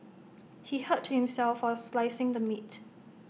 he hurt himself while slicing the meat